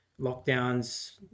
lockdowns